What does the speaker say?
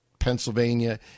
Pennsylvania